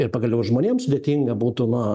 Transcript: ir pagaliau ir žmonėm sudėtinga būtų na